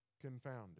confounded